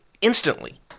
instantly